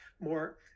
more